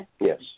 Yes